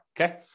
Okay